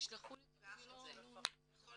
אנחנו